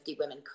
women